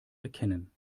erkennen